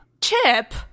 Chip